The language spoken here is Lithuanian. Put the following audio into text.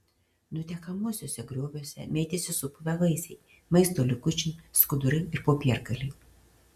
nutekamuosiuose grioviuose mėtėsi supuvę vaisiai maisto likučiai skudurai ir popiergaliai